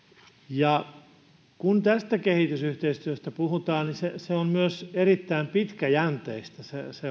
kun tästä kehitysyhteistyöstä puhutaan niin se se on myös erittäin pitkäjänteistä